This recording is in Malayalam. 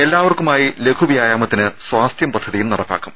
എല്ലാവർക്കുമായി ലഘു വ്യായാമത്തിന് സ്വാസ്ഥ്യം പദ്ധതിയും നടപ്പാക്കും